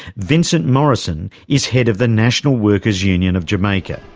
vincent morrison is head of the national workers' union of jamaica.